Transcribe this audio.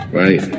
right